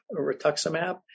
rituximab